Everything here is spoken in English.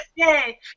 Yay